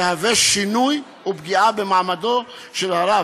יהוו שינוי ופגיעה במעמדו של הרב.